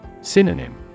Synonym